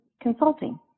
Consulting